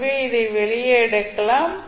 எனவே இதை வெளியே எடுக்கலாம்